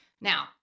Now